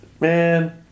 man